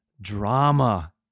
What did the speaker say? drama